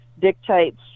dictates